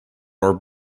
are